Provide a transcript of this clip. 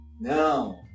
No